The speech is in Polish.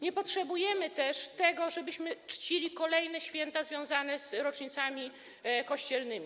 Nie potrzebujemy też tego, żebyśmy czcili kolejne święta związane z rocznicami kościelnymi.